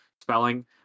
spelling